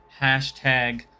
hashtag